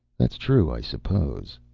that's true, i suppose.